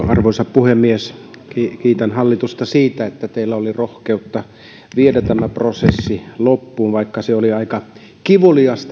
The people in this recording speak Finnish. arvoisa puhemies kiitän hallitusta siitä että teillä oli rohkeutta viedä tämä prosessi loppuun vaikka tämä prosessi oli aika kivulias